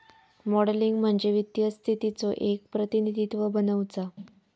modelling म्हणजे वित्तीय स्थितीचो एक प्रतिनिधित्व बनवुचा